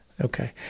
Okay